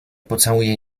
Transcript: pocałuję